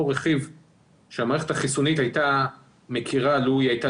רכיב שהמערכת החיסונית הייתה מכירה לו היא הייתה